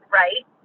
right